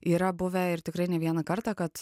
yra buvę ir tikrai ne vieną kartą kad